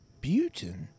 Butane